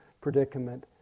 predicament